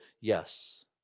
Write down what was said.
yes